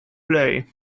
play